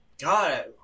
God